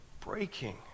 breaking